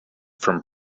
from